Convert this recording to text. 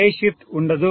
phase shift ఉండదు